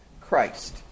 Christ